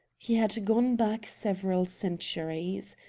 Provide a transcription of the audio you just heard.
he had gone back several centuries.